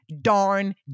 darn